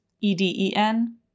E-D-E-N